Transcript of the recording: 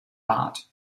bad